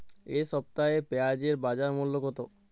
এ সপ্তাহে পেঁয়াজের বাজার মূল্য কত?